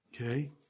Okay